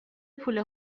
پول